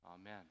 Amen